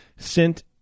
sent